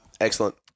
Excellent